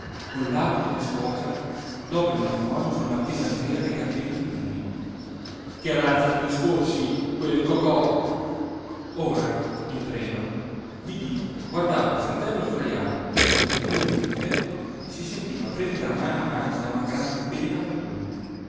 con l'abito da sposa dopo il matrimonio col marchese andrea dai capelli lunghi che razza di discorsi quel cocò ora in treno didì guardava il fratello sdrajato sul sedile dirimpetto e si sentiva prendere a mano a mano da una gran pena per lui